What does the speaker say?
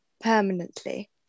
permanently